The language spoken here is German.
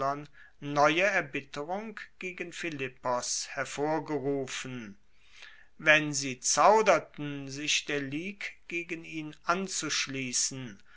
neue erbitterung gegen philippos hervorgerufen wenn sie zauderten sich der ligue gegen ihn anzuschliessen